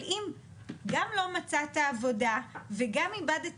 אבל אם גם לא מצאת עבודה וגם איבדת